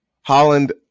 Holland